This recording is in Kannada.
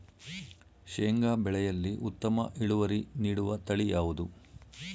ಶೇಂಗಾ ಬೆಳೆಯಲ್ಲಿ ಉತ್ತಮ ಇಳುವರಿ ನೀಡುವ ತಳಿ ಯಾವುದು?